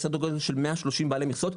יש סדר גודל של 130 בעלי מכסות,